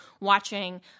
watching